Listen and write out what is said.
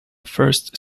first